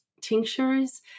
tinctures